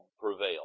prevail